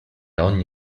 ogni